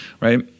Right